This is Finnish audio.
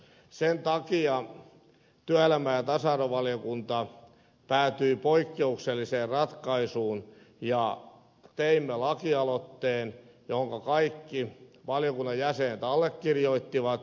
sen takia työelämä ja tasa arvovaliokunta päätyi poikkeukselliseen ratkaisuun ja teimme lakialoitteen jonka kaikki valiokunnan jäsenet allekirjoittivat